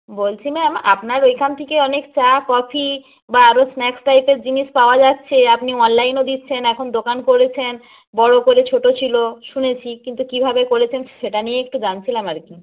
বলছি ম্যাম আপনার ওইখান থেকে অনেক চা কফি বা আরও স্ন্যাক্স টাইপের জিনিস পাওয়া যাচ্ছে আপনি অনলাইনও দিচ্ছেন এখন দোকান করেছেন বড় করে ছোটো ছিল শুনেছি কিন্তু কীভাবে করেছেন সেটা নিয়ে একটু জানছিলাম আর কি